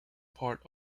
part